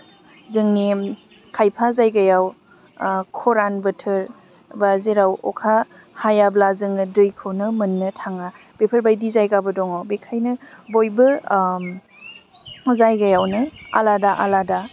जोंनि खायफा जायगायाव खरान बोथोर बा जेराव अखा हायाब्ला जोङो दैखौनो मोननो थाङा बेफोरबायदि जायगाबो दङ बेखायनो बयबो जायगायावनो आलादा आलादा